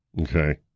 okay